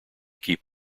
keep